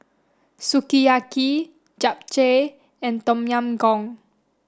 Sukiyaki Japchae and Tom Yam Goong